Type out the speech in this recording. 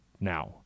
now